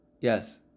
yes